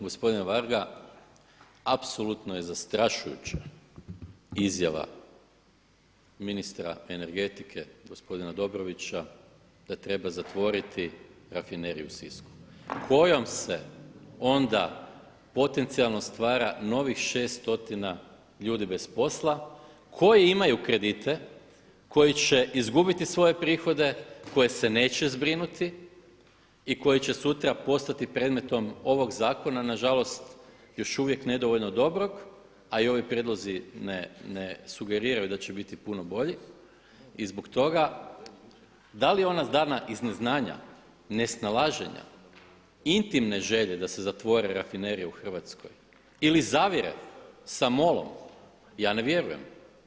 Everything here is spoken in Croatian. Gospodine Varga apsolutno je zastrašujuća izjava ministra energetike gospodina Dobrovića da treba zatvoriti rafineriju u Sisku kojom se onda potencijalno stvara novih 600 ljudi bez posla koji imaju kredite, koji će izgubiti svoje prihode, koje se neće zbrinuti i koji će sutra postati predmetom ovog zakona, nažalost još uvijek nedovoljno dobrog, a i ovi prijedlozi ne sugeriraju da će biti puno bolji, i zbog toga da li ona dana iz neznanja, nesnalaženja, intimne želje da se zatvore rafinerije u Hrvatskoj ili zavire sa MOL-om, ja ne vjerujem.